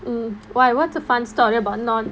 mm why what's the fun story about non